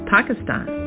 Pakistan